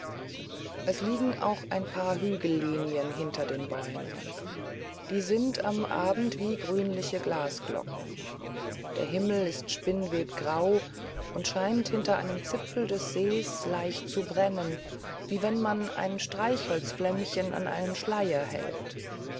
es liegen auch ein paar hügellinien hinter den bäumen die sind im abend wie grünliche glasglocken der himmel ist spinnwebgrau und scheint hinter einem zipfel des sees leicht zu brennen wie wenn man ein streichholzflämmchen an einen schleier hält